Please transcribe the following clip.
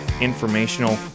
informational